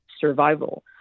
survival